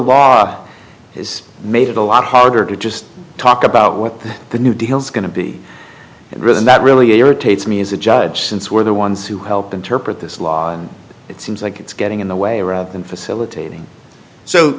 has made it a lot harder to just talk about what the new deal is going to be written that really irritates me as a judge since we're the ones who helped interpret this law and it seems like it's getting in the way rather than facilitating so